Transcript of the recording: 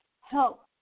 help